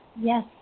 Yes